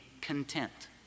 content